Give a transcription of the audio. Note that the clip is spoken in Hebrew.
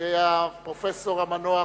שהפרופסור המנוח,